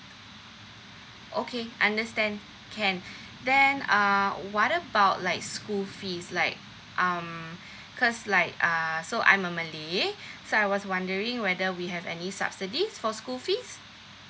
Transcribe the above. okay understand can then uh what about like school fees like um cause like uh so I'm a malay so I was wondering whether we have any subsidies for school fees